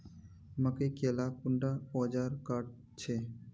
मकई के ला कुंडा ओजार काट छै?